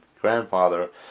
grandfather